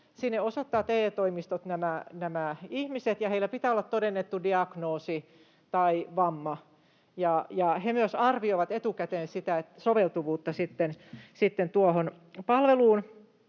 Sinne osoittavat TE-toimistot nämä ihmiset, joilla pitää olla todennettu diagnoosi tai vamma, ja he myös arvioivat etukäteen sitä soveltuvuutta tuohon palveluun.